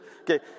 Okay